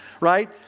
right